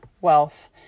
wealth